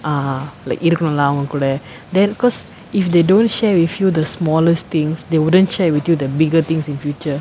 ah ah like இருக்கனும்:irukkanum lah அவங்க கூட:avanga kooda then because if they don't share with you the smallest things they wouldn't share with you the bigger things in future